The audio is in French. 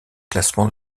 classement